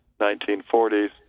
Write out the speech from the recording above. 1940s